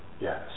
yes